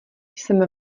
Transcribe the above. jsem